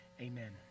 amen